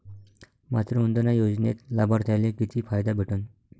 मातृवंदना योजनेत लाभार्थ्याले किती फायदा भेटन?